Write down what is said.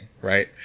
right